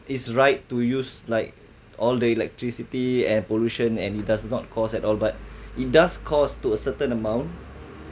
it's right to use like all the electricity and pollution and it does not cost at all but it does cost to a certain amount